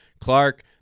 Clark